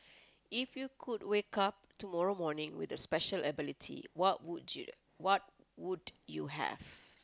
if you could wake up tomorrow morning with a special ability what would you what would you have